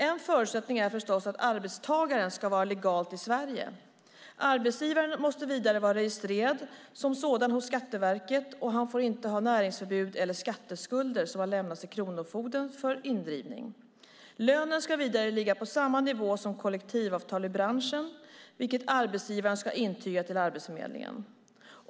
En förutsättning är förstås att arbetstagaren ska vara legalt i Sverige. Arbetsgivaren måste vidare vara registrerad som sådan hos Skatteverket och får inte ha näringsförbud eller skatteskulder som har lämnats till Kronofogdemyndigheten för indrivning. Lönen ska vidare ligga på samma nivå som kollektivavtal i branschen, vilket arbetsgivaren ska intyga till Arbetsförmedlingen.